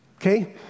Okay